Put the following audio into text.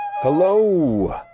Hello